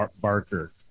Barker